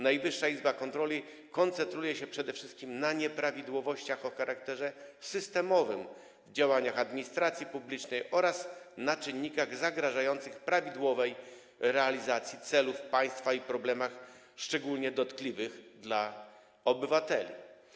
Najwyższa Izba Kontroli koncentruje się przede wszystkim na nieprawidłowościach o charakterze systemowym w działaniach administracji publicznej oraz na czynnikach zagrażających prawidłowej realizacji celów państwa i problemach szczególnie dotkliwych dla obywateli.